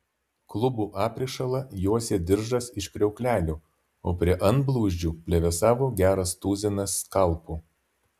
klubų aprišalą juosė diržas iš kriauklelių o prie antblauzdžių plevėsavo geras tuzinas skalpų